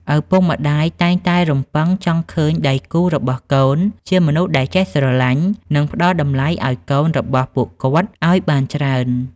ឪពុកម្ដាយតែងតែរំពឹងចង់ឃើញដៃគូរបស់កូន ជាមនុស្សដែលចេះស្រឡាញ់ និងផ្ដល់តម្លៃឱ្យកូនរបស់ពួកគាត់ឱ្យបានច្រើន។